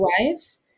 wives